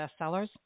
bestsellers